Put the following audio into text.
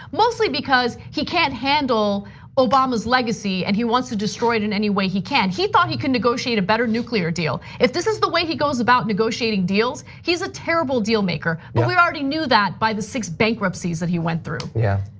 mostly because he can't handle obama's legacy and he wants to destroy it in any way he can. he thought he could negotiate a better nuclear deal. if this the way he goes about negotiating deals, he's a terrible deal maker. but we already knew that by the six bankruptcies that he went through. yeah,